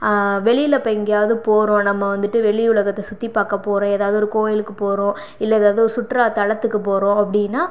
வெளியில் இப்போ எங்கேயாவது போகிறோம் நம்ம வந்துட்டு வெளி உலகத்தை சுற்றிப்பாக்க போகிறோம் ஏதாவது ஒரு கோவிலுக்கு போகிறோம் இல்லை ஏதாவது ஒரு சுற்றுலாத்தலத்துக்கு போகிறோம் அப்படின்னா